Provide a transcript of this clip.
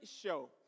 show